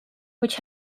which